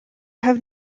have